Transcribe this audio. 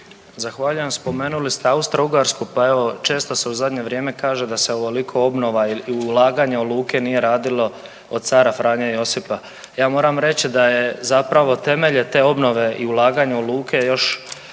Zahvaljujem. Spomenuli ste Austro-Ugarsku, pa evo često se u zadnje vrijeme kaže da se ovoliko obnova i ulaganja u luke nije radilo od cara Franje Josipa. Ja moram reći da je, zapravo temelj je te obnove i ulaganja u luke još